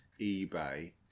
eBay